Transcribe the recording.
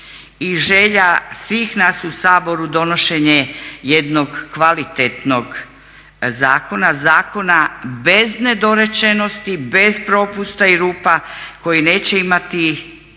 i želja svih nas u Saboru donošenje jednog kvalitetnog zakona, zakona bez nedorečenosti, bez propusta i rupa koji neće imati